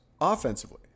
offensively